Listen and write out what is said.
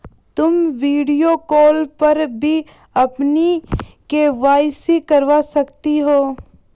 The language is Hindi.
तुम वीडियो कॉल पर भी अपनी के.वाई.सी करवा सकती हो